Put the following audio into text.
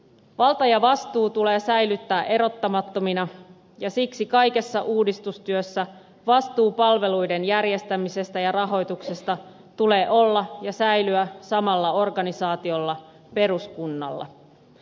valta ja vastuu tulee säilyttää erottamattomina ja siksi kaikessa uudistustyössä vastuun palveluiden järjestämisestä ja rahoituksesta tulee olla ja säilyä samalla organisaatiolla peruskunnalla